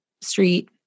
street